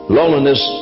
loneliness